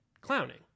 clowning